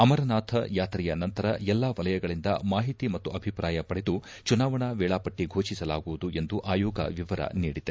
ಅಮರನಾಥ ಯಾತ್ರೆಯ ನಂತರ ಎಲ್ಲಾ ವಲಯಗಳಿಂದ ಮಾಹಿತಿ ಮತ್ತು ಅಭಿಪ್ರಾಯ ಪಡೆದು ಚುನಾವಣಾ ವೇಳಾಪಟ್ಟ ಘೋಷಿಸಲಾಗುವುದು ಎಂದು ಆಯೋಗ ವಿವರ ನೀಡಿದೆ